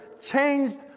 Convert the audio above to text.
changed